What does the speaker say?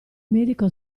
medico